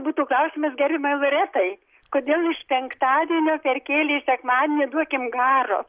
būtų klausimas gerbiamai loretai kodėl iš penktadienio perkėlė į sekmadienį duokim garo